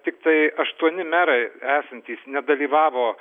tiktai aštuoni merai esantys nedalyvavo